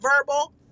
verbal